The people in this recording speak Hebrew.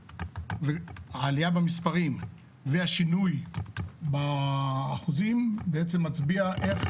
העלייה במספרים והשינוי באחוזים בעצם מצביע איך